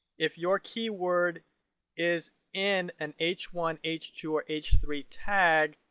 if your keyword is in an h one, h two, or h three tag,